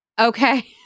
Okay